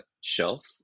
shelf